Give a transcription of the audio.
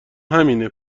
همینه